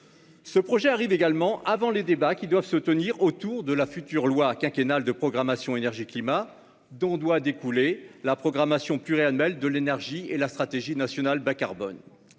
Ce projet arrive également avant les débats qui doivent se tenir autour de la future loi quinquennale de programmation sur l'énergie et le climat, dont doivent découler la programmation pluriannuelle de l'énergie et la stratégie nationale bas-carbone.